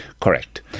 Correct